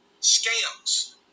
scams